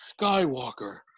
Skywalker